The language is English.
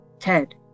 Ted